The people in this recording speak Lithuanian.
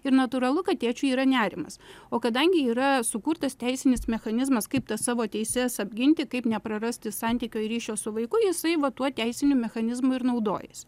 ir natūralu kad tėčiui yra nerimas o kadangi yra sukurtas teisinis mechanizmas kaip tas savo teises apginti kaip neprarasti santykio ir ryšio su vaiku jisai va tuo teisiniu mechanizmu ir naudojasi